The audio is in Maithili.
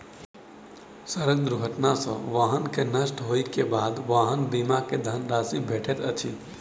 सड़क दुर्घटना सॅ वाहन के नष्ट होइ के बाद वाहन बीमा के धन राशि भेटैत अछि